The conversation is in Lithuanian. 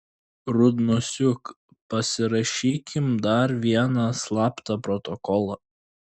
rudnosiuk pasirašykim dar vieną slaptą protokolą